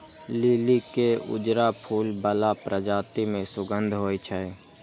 लिली के उजरा फूल बला प्रजाति मे सुगंध होइ छै